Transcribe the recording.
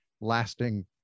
lasting